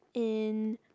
in